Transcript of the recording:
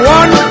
one